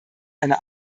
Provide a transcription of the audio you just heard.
eine